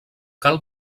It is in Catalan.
cal